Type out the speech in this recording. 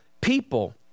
people